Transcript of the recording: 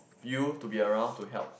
you to be around to help